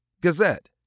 Gazette